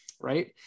right